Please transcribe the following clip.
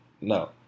no